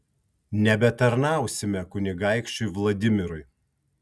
nebetarnausime kunigaikščiui vladimirui